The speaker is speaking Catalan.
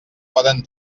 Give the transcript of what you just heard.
poden